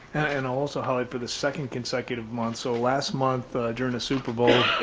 and i also highlight for the second consecutive month. so last month during the superbowl,